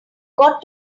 got